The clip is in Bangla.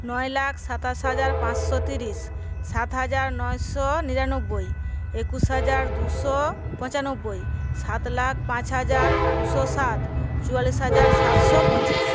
নয় লাখ সাতাশ হাজার পাঁচশো তিরিশ সাত হাজার নয়শো নিরানব্বই একুশ হাজার দুশো পঁচানব্বই সাত লাখ পাঁচ হাজার দুশো সাত চুয়াল্লিশ হাজার সাতশো পঁচিশ